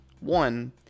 One